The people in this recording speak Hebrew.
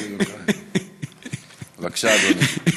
בבקשה, אדוני.